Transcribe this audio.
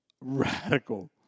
Radical